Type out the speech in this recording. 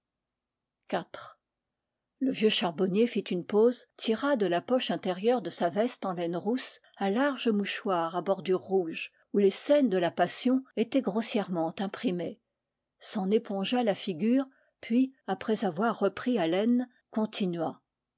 le vieux charbonnier fit une pause tira de la poche inté rieure de sa veste en laine rousse un large mouchoir à bor dure rouge où les scènes de la passion étaient grossière ment imprimées s'en épongea la figure puis après avoir repris haleine continua